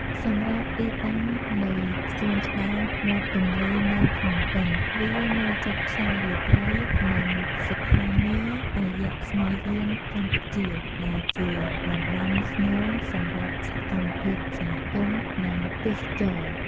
សម្រាប់ទីតាំងនៃសួនច្បារមាត់ទន្លេនៅភ្នំពេញ វានៅជិតផ្សាររាត្រី និងស្ថានីយអយស្ម័យយានកម្ពុជា ដែលជាតំបន់ស្នូលសម្រាប់សកម្មភាពសហគមន៍ និងទេសចរណ៍។